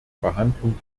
behandlung